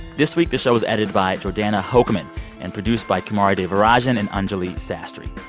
this week, the show was edited by jordana hochman and produced by kumari devarajan and anjuli sastry.